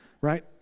right